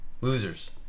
losers